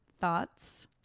Thoughts